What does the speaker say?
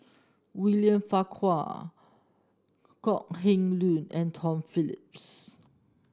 William Farquhar Kok Heng Leun and Tom Phillips